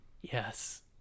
Yes